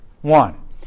One